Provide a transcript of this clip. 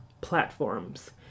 platforms